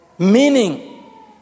Meaning